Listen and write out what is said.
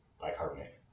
bicarbonate